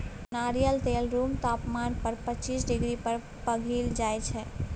नारियल तेल रुम तापमान पर पचीस डिग्री पर पघिल जाइ छै